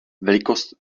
velikost